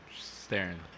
Staring